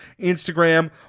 instagram